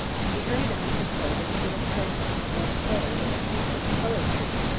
she hurried on to say that she had sent him a bouquet, with a piece of poetry,